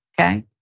okay